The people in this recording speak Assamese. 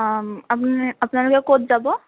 আপুনি আপোনালোকে ক'ত যাব